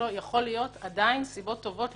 יכול להיות שעדיין יש לו סיבות טובות,